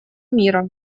мира